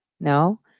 No